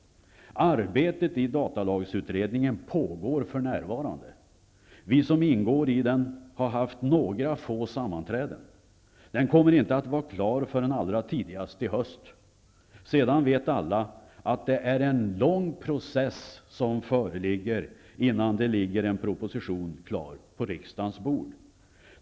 Arbetet i datalagsutredningen pågår för närvarande. Vi som ingår i den har haft några få sammanträden. Den kommer inte att vara klar förrän allra tidigast i höst. Sedan vet alla att det är en lång process som förestår, innan det ligger en proposition klar på riksdagens bord.